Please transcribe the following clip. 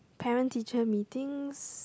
parent teacher Meetings